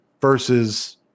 versus